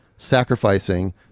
Sacrificing